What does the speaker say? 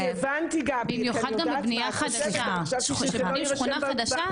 אני הבנתי גבי במיוחד כשבונים שכונה חדשה,